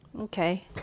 Okay